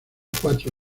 cuatro